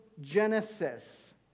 Genesis